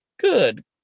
good